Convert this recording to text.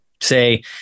say